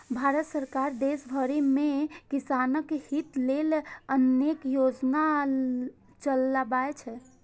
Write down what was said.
भारत सरकार देश भरि मे किसानक हित लेल अनेक योजना चलबै छै